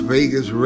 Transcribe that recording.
Vegas